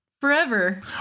forever